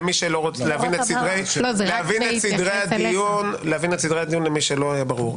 רק להבין את סדרי הדיון למי שלא היה לו ברור.